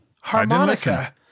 Harmonica